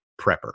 prepper